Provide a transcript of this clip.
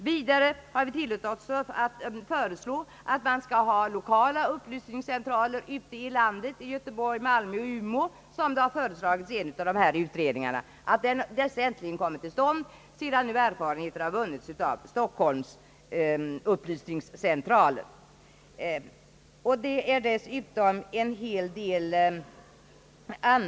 Vidare har vi tillåtit oss föreslå att man skall ha lokala upplysningscentraler ute i landet, i Göteborg, Malmö och Umeå, som det föreslagits i en av dessa utredningar, sedan erfarenheter vunnits av upplysningscentralerna i Stockholm.